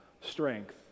strength